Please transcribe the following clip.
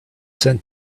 sent